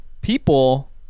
people